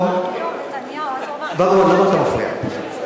בר-און, למה אתה מפריע לי?